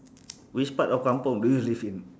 which part of kampung do you live in